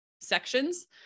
sections